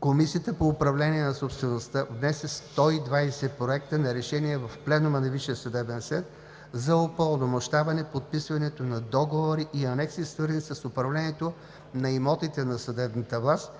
Комисията по управление на собствеността внесе 120 проекта на решения в Пленума на Висшия съдебен съвет за упълномощаване подписването на договори и анекси, свързани с управлението на имотите на съдебната власт,